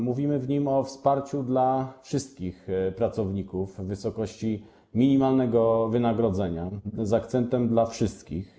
Mówimy w nim o wsparciu dla wszystkich pracowników w wysokości minimalnego wynagrodzenia, z akcentem: dla wszystkich.